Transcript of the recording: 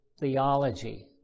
theology